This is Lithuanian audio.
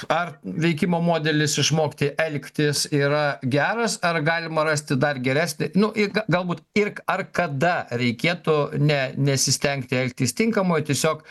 ar veikimo modelis išmokti elgtis yra geras ar galima rasti dar geresnį nu i ga galbūt ir ar kada reikėtų ne nesistengti elgtis tinkamai o tiesiog